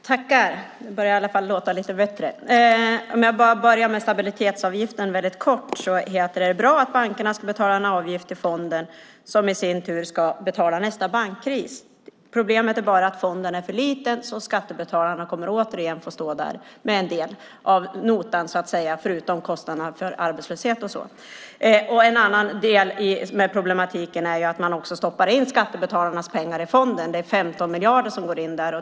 Herr talman! Det börjar låta lite bättre! Jag börjar med stabilitetsavgiften, väldigt kort. Det är bra att bankerna ska betala en avgift till fonden, som i sin tur ska betala nästa bankkris. Problemet är bara att fonden är för liten. Skattebetalarna kommer återigen att få stå där med en del av notan - förutom kostnaderna för arbetslöshet och så. En annan del i problematiken är att man också stoppar in skattebetalarnas pengar i fonden. Det är 15 miljarder som går in där.